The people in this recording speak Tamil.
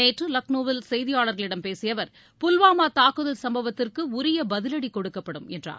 நேற்று லக்னோவில் செய்தியாளர்களிடம் பேசிய அவர் புல்வாமா தாக்குதல் சம்பவத்திற்கு உரிய பதிலடி கொடுக்கப்படும் என்றார்